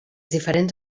diferents